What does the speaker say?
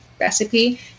recipe